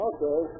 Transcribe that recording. Okay